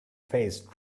phase